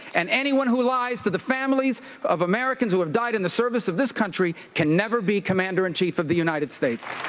and anyone who lies to the families of americans who have died in the service of this country can never be commander-in-chief of the united states.